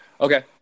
Okay